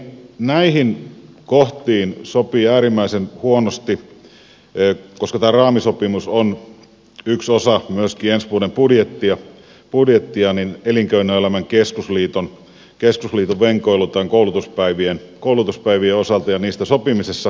mielestäni näihin kohtiin sopii äärimmäisen huonosti koska tämä raamisopimus on yksi osa myöskin ensi vuoden budjettia elinkeinoelämän keskusliiton venkoilu koulutuspäivien osalta ja niistä sopimisessa